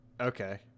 okay